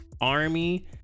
army